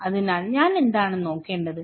അതിനാൽ ഞാൻ എന്താണ് നോക്കേണ്ടത്